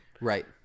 Right